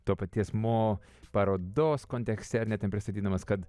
to paties mo parodos kontekste ar ne ten pristatydamas kad